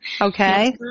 Okay